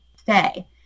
stay